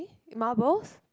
marbles